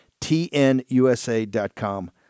TNUSA.com